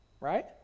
Right